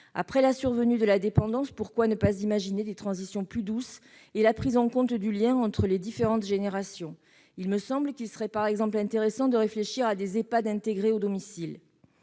Après la survenue de la dépendance, pourquoi ne pas imaginer des transitions plus douces et la prise en compte du lien entre les différentes générations ? Il me semble qu'il serait par exemple intéressant de réfléchir à des Ehpad intégrés au domicile.